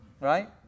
right